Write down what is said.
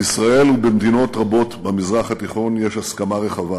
בישראל ובמדינות רבות במזרח התיכון יש הסכמה רחבה,